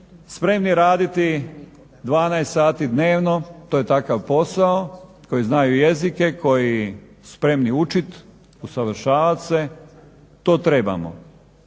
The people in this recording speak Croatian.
spremni raditi 12 sati dnevno, to je takav posao, koji znaju jezike, koji su spremni učit, usavršavat se, to trebamo.